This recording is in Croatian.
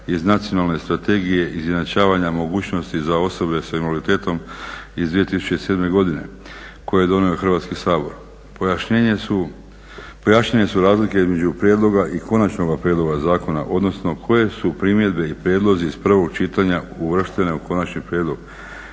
iz Nacionalne strategije izjednačavanja mogućnosti za osobe s invaliditetom iz 2007. godine koju je donio Hrvatski sabor. Pojašnjene su razlike između prijedloga i konačnoga prijedloga zakona, odnosno koje su primjedbe i prijedlozi iz prvog čitanja uvrštene u konačni prijedlog te